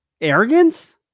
arrogance